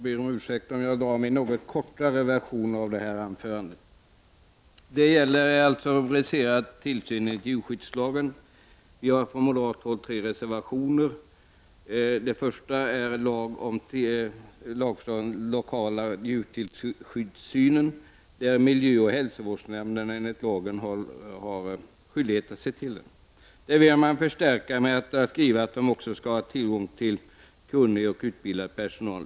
Herr talman! Det betänkande vi nu diskuterar handlar om tillsyn enligt djurskyddslagen. Från moderat håll har vi tre reservationer. Vår första reservation gäller lagförslaget om den lokala djurskyddstillsynen. Miljöoch hälsoskyddsnämnderna har enligt lag skyldighet att utöva tillsyn. Man vill förstärka lagen genom att skriva att det skall finnas tillgång till kunnig och utbildad personal.